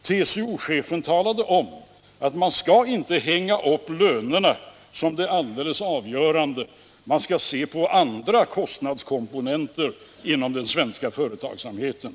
TCO-chefen talade om att man inte skall se lönerna som det helt avgörande - man skall se på andra kostnadskomponenter inom den svenska företagsamheten.